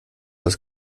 das